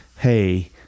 hey